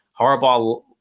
Harbaugh